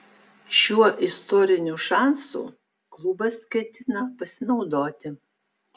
šiuo istoriniu šansu klubas ketina pasinaudoti